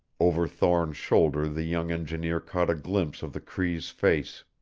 over thorne's shoulder the young engineer caught a glimpse of the cree's face.